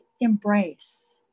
embrace